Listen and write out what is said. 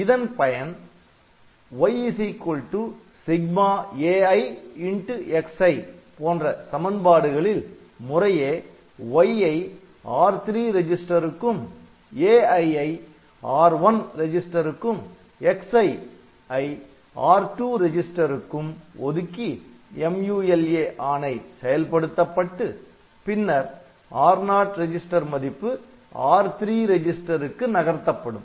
இதன் பயன் y∑aixi போன்ற சமன்பாடுகளில் முறையே 'y' ஐ R3 ரெஜிஸ்டருக்கும் 'ai' ஐ R1 ரெஜிஸ்டருக்கும் 'xi' ஐ R2 ரெஜிஸ்டருக்கும் ஒதுக்கி MULA ஆணை செயல்படுத்தப்பட்டு பின்னர் R0 ரெஜிஸ்டர் மதிப்பு R3 ரெஜிஸ்டருக்கு நகர்த்தப்படும்